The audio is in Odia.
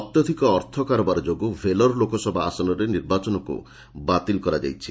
ଅତ୍ୟଧିକ ଅର୍ଥ କାରବାର ଯୋଗୁଁ ଭେଲୋର ଲୋକସଭା ଆସନରେ ନିର୍ବାଚନକୁ ବାତିଲ କରାଯାଇଛି